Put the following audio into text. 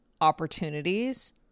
opportunities